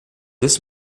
this